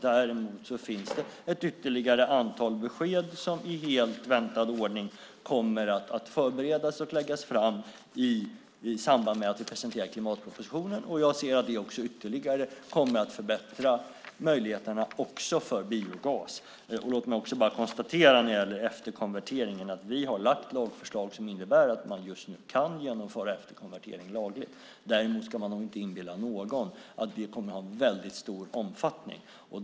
Däremot finns det ett ytterligare antal besked som i vanlig ordning kommer att förberedas och läggas fram i samband med att vi presenterar klimatpropositionen, och jag ser att vi ytterligare kommer att förbättra möjligheterna också för biogas. Låt mig bara konstatera när det gäller efterkonverteringen att vi har lagt fram lagförslag som innebär att man just nu kan genomföra efterkonvertering lagligt. Däremot ska man nog inte inbilla någon att det kommer att ha en väldigt stor omfattning.